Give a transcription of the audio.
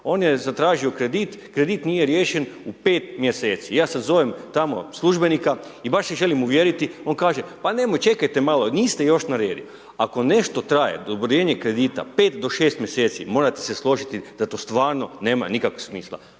on je zatražio kredit, kredit nije riješen u pet mjeseci, ja sad zovem tamo službenika i baš se želim uvjeriti, on kaže pa nemojte, čekajte malo, niste još na redu. Ako nešto traje, odobrenje kredita 5 do 6 mjeseci, morate se složiti da to stvarno nema nikakvog smisla,